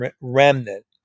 remnant